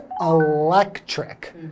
electric